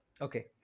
Okay